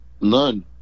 none